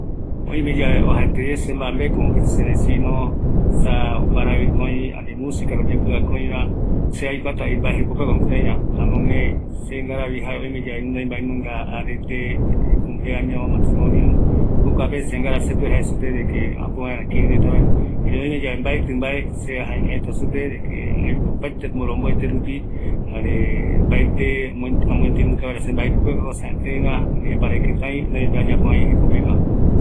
Oime yave oyeapo oï yemaembeko sërëta iyɨpɨpeguareta, aikutako mbae jekopegua, jare opaete yomboete rupi aparandu vaera supe, jare ipuere vaera ombogueyɨ, yande mboambekova ikavi rupi